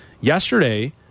yesterday